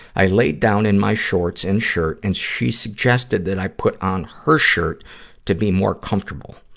i laid down in my shorts and shirt, and she suggested that i put on her shirt to be more comfortable.